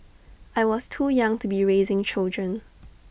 I was too young to be raising children